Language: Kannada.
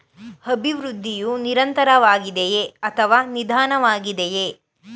ಅಭಿವೃದ್ಧಿಯು ನಿರಂತರವಾಗಿದೆಯೇ ಅಥವಾ ನಿಧಾನವಾಗಿದೆಯೇ?